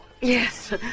Yes